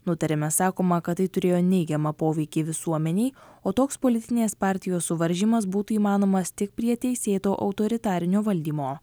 nutarime sakoma kad tai turėjo neigiamą poveikį visuomenei o toks politinės partijos suvaržymas būtų įmanomas tik prie teisėto autoritarinio valdymo